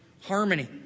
harmony